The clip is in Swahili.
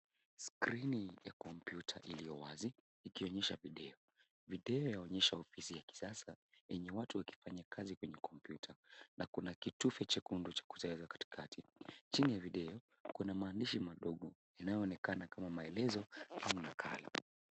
Skrini ya kompyuta iliyo wazi inaonyesha video, video inaonyesha ofisi ya kisasa yenye watu wakianya kazi kwenye kompyuta na kuna kitu jekundu katikati. Chini ya video kuna maandishi madogo yanayonekana kama maelezo au nakala.